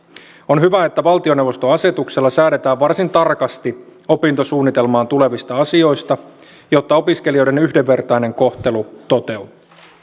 on hyvä että valtioneuvoston asetuksella säädetään varsin tarkasti opintosuunnitelmaan tulevista asioista jotta opiskelijoiden yhdenvertainen kohtelu